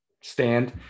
stand